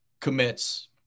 commits